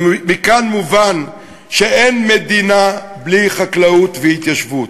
מכאן מובן שאין מדינה בלי חקלאות והתיישבות.